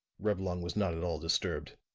reblong was not at all disturbed.